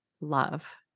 love